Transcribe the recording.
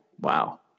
Wow